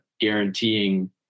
guaranteeing